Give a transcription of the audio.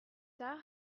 tard